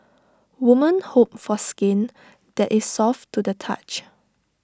women hope for skin that is soft to the touch